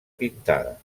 pintada